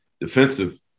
defensive